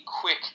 quick